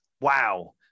wow